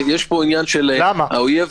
למה?